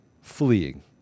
fleeing